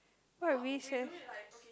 what are we say